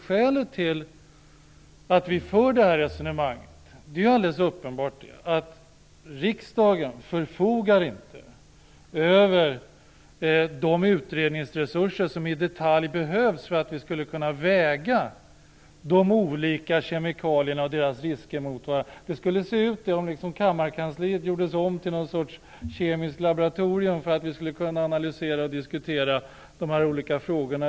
Skälet till att vi för det här resonemanget är att riksdagen inte förfogar över de utredningsresurser som skulle behövas för att vi i detalj skulle kunna väga de olika kemikalierna och deras risker mot varandra. Det skulle se ut, om kammarkansliet gjordes om till något slags kemiskt laboratorium för att vi skulle kunna analysera och diskutera de här olika frågorna.